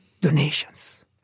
donations